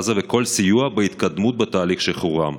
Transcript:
עזה וכל סיוע בהתקדמות בתהליך שחרורם.